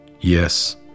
Yes